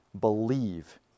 believe